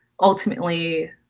ultimately